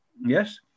yes